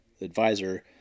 advisor